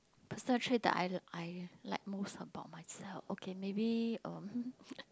personal trait that I I like most about myself okay maybe um